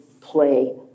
play